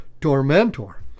tormentor